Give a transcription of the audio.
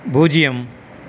பூஜ்ஜியம்